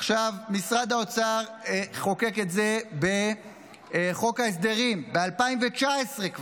משרד האוצר חוקק את זה בחוק ההסדרים כבר ב-2019,